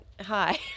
Hi